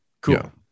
Cool